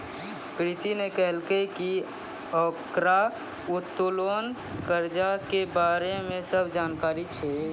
प्रीति ने कहलकै की ओकरा उत्तोलन कर्जा के बारे मे सब जानकारी छै